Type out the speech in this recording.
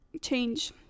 change